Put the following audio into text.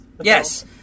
yes